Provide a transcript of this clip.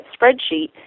spreadsheet